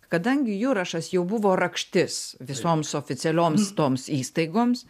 kadangi jurašas jau buvo rakštis visoms oficialioms toms įstaigoms